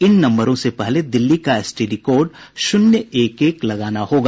इन नम्बरों से पहले दिल्ली का एसटीडी कोड श्रृन्य एक एक लगाना होगा